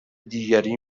دیگری